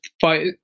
fight